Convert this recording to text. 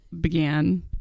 began